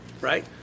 Right